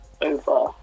over